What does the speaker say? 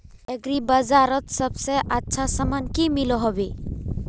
Agri बजारोत सबसे अच्छा सामान की मिलोहो होबे?